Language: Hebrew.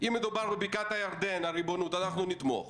אם מדובר בריבונות בבקעת הירדן אנחנו נתמוך.